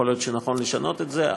יכול להיות שנכון לשנות את זה,